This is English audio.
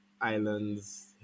Islands